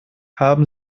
haben